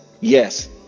Yes